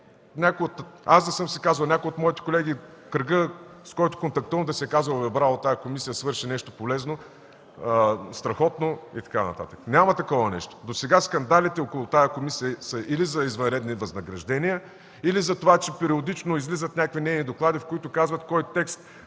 за което аз или някой от моите колеги, кръгът, с който контактувам, да е казал: „Браво! Тази комисия свърши нещо полезно, страхотно“ и така нататък. Няма такова нещо! Досега скандалите около тази комисия са или за извънредни възнаграждения, или за това, че периодично излизат някакви нейни доклади, в които казват кой текст